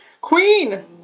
Queen